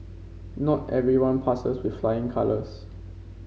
not everyone passes with flying colours